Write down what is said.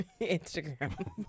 Instagram